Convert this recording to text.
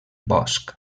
bosc